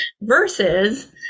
versus